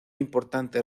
importante